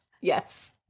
Yes